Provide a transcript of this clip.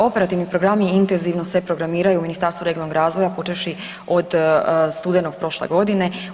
Operativni programi intenzivno se programiraju u Ministarstvu regionalnog razvoja počevši od studenog prošle godine.